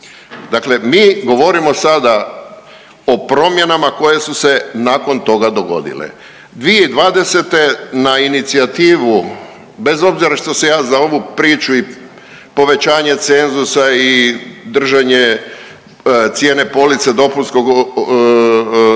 Dakle, mi govorimo sada o promjenama koje su se nakon toga dogodile. 2020. na inicijativu bez obzira što se ja za ovu priču i povećanje cenzusa i držanje cijene police dopunskog,